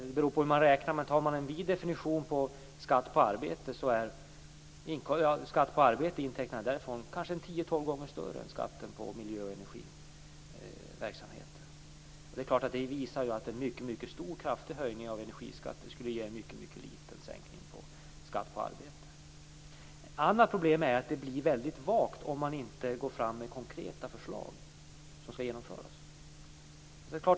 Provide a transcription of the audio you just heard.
Det beror på hur man räknar, men tar man en vid definition på skatt på arbete är intäkterna därifrån tio-tolv gånger större än skatten på miljö och energiverksamhet. Det visar att en mycket kraftig höjning av energiskatten skulle ge en mycket liten sänkning av skatten på arbete. Ett annat problem är att det blir väldigt vagt om man inte går fram med konkreta förslag som skall genomföras.